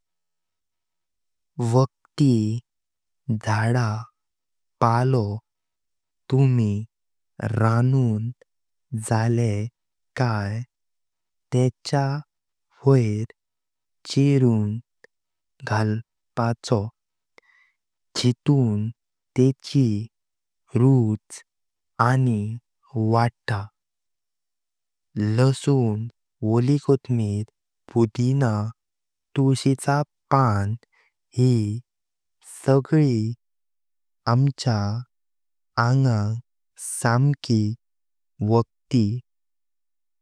वाख्ती झडपाळो तुमी रानुंं जालें काई तेचें वयेर चीरूंद घालपाचो जितिं तेची रुच आनीं वाडता। लसूण, वोलिकोतमीर, पुदीनां, तुळशीचां पान ही सगळी आमचा आंगण सांकी वाख्ती।